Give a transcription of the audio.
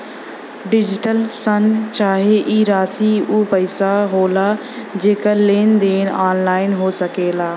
digital शन चाहे ई राशी ऊ पइसा होला जेकर लेन देन ऑनलाइन हो सकेला